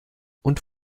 und